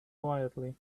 quietly